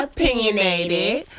Opinionated